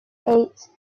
eight